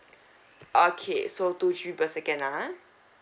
okay so two G per second ah